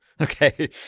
Okay